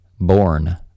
Born